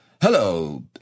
Hello